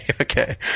Okay